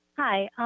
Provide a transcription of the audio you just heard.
hi,